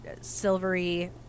silvery